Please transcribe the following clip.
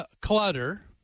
clutter